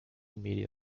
media